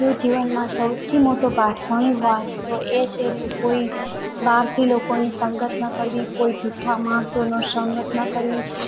જો જીવનમાં સૌથી મોટો પાઠ ભણી હોય તો એ છે કે કોઈ સ્વાર્થી લોકોની સંગત ન કરવી કોઇ જુઠ્ઠા માણસોનો સંગત ન કરવી